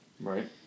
Right